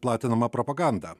platinama propaganda